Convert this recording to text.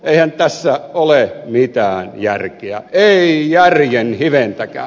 eihän tässä ole mitään järkeä ei järjen hiventäkään